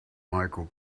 michael